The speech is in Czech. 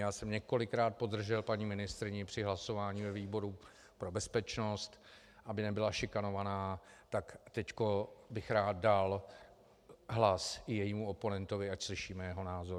Já jsem několikrát podržel paní ministryni při hlasování ve výboru pro bezpečnost, aby nebyla šikanována, tak teď bych rád dal hlas i jejímu oponentovi, ať slyšíme jeho názor.